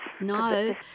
No